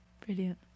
Brilliant